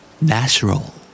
Natural